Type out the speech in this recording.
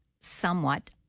somewhat